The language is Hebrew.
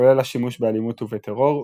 כולל השימוש באלימות ובטרור,